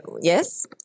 yes